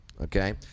Okay